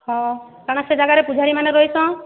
ହଁ କାଣା ସେ ଜାଗାରେ ପୂଜାରୀମାନେ ରହେସନ୍